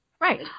Right